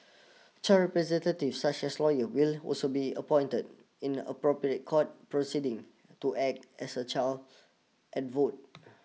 child representatives such as lawyers will also be appointed in appropriate court proceedings to act as a child advocate